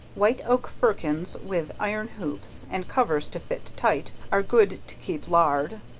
white oak firkins with iron hoops, and covers to fit tight, are good to keep lard,